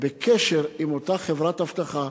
וחברה קדישא תהיה בקשר עם אותה חברת אבטחה,